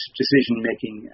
decision-making